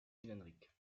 cylindriques